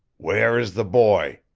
where is the boy?